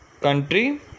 country